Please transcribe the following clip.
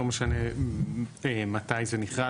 לא משנה מתי זה נכרת.